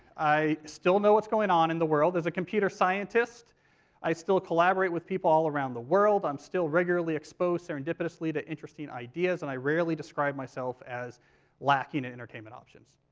i still know what's going on in the world as a computer scientist i still collaborate with people all around the world, i'm still regularly exposed serendipitously to interesting ideas, and i rarely describe myself as lacking entertainment options.